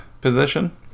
position